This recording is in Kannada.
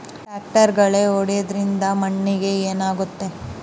ಟ್ರಾಕ್ಟರ್ಲೆ ಗಳೆ ಹೊಡೆದಿದ್ದರಿಂದ ಮಣ್ಣಿಗೆ ಏನಾಗುತ್ತದೆ?